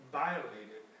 violated